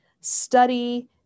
study